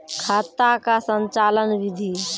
खाता का संचालन बिधि?